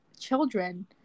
children